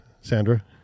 Sandra